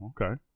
okay